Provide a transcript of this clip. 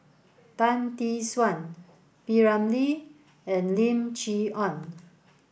Tan Tee Suan P Ramlee and Lim Chee Onn